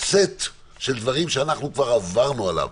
סט של דברים שאנחנו כבר עברנו עליו,